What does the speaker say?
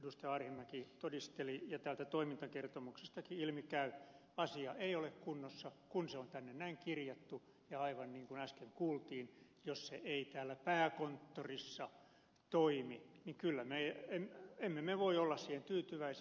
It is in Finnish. arhinmäki todisteli ja täältä toimintakertomuksestakin ilmi käy asia ei ole kunnossa kun se on tänne näin kirjattu ja aivan niin kuin äsken kuultiin jos se ei täällä pääkonttorissa toimi niin emme me voi olla siihen tyytyväisiä